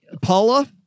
Paula